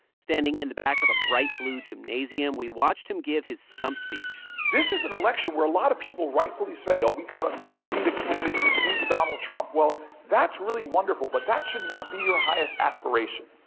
standing in the back of a bright blue gymnasium, we watched him give his stump speech this is an election where a lot of people rightfully say, oh, we got to i need a candidate that can beat donald trump. well, that's really wonderful, but that should not be your highest aspiration.